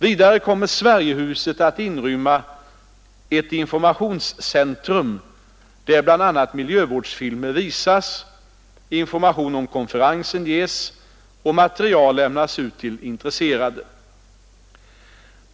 Vidare kommer Sverigehuset att inrymma ett informationscentrum, där bl.a. miljövårdsfilmer visas, information om konferensen ges och material lämnas ut till intresserade.